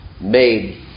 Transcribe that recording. made